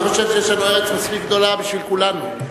אני חושב שיש לנו ארץ מספיק גדולה בשביל כולנו.